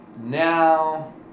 Now